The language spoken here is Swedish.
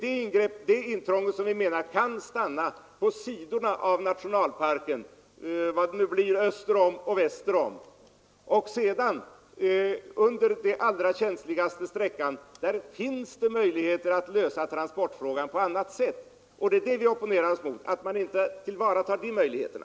Vi menar att man i stället kan dra vägen till punkter öster och väster om nationalparken och att det på den känsligaste sträckan finns möjlighet att lösa transportfrågan på annat sätt. Vad vi opponerar mot är att man inte tillvaratar de möjligheterna.